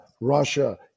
Russia